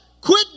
Quit